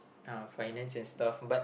uh finance and stuff but